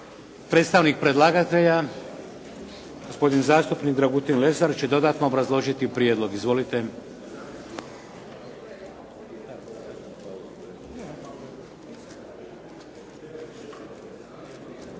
predstavnik predlagatelja, gospodin zastupnik Dragutin Lesar će dodatno obrazložiti prijedlog. Izvolite.